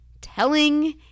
telling